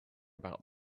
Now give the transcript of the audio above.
about